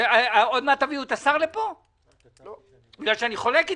עוד מעט תביאו את השר לפה, בגלל שאני חולק עליכם?